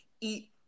eat